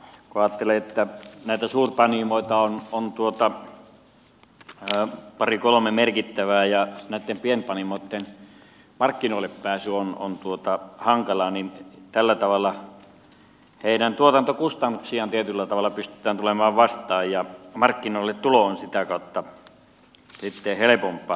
kun ajattelee että suurpanimoita on pari kolme merkittävää ja pienpanimoitten markkinoillepääsy on hankalaa niin tällä tavalla heidän tuotantokustannuksiaan tietyllä tavalla pystytään tulemaan vastaan ja markkinoilletulo on sitä kautta sitten helpompaa